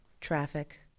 traffic